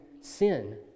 sin